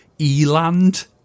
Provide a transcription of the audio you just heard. E-Land